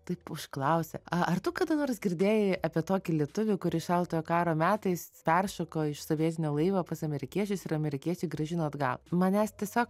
taip užklausė a ar tu kada nors girdėjai apie tokį lietuvį kuris šaltojo karo metais peršoko iš sovietinio laivo pas amerikiečius ir amerikiečiai grąžino atgal manęs tiesiog